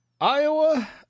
Iowa